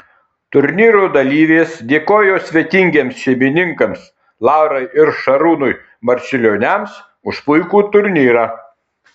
turnyrų dalyvės dėkojo svetingiems šeimininkams laurai ir šarūnui marčiulioniams už puikų turnyrą